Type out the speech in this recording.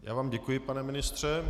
Já vám děkuji, pane ministře.